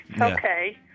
Okay